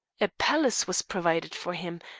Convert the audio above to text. a palace was provided for him,